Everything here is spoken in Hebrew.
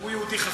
הוא יהודי חכם.